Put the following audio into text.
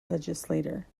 legislature